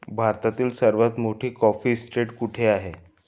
भारतातील सर्वात मोठी कॉफी इस्टेट कुठे आहे?